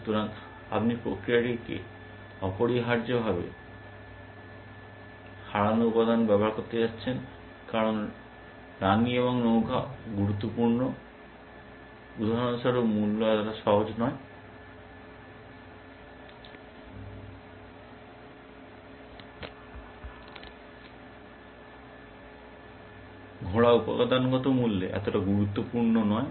সুতরাং আপনি প্রক্রিয়াটিতে অপরিহার্যভাবে হারানো উপাদান ব্যবহার করতে যাচ্ছেন কারণ রাণী এবং নৌকা যত গুরুত্বপূর্ণ ঘোড়া উপাদানগত মূল্যে এতটা গুরুত্বপূর্ণ নয়